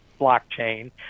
blockchain